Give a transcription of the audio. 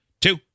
two